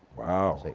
wow. like